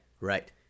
Right